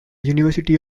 university